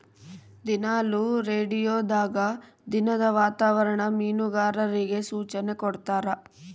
ದಿನಾಲು ರೇಡಿಯೋದಾಗ ದಿನದ ವಾತಾವರಣ ಮೀನುಗಾರರಿಗೆ ಸೂಚನೆ ಕೊಡ್ತಾರ